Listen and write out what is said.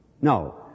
No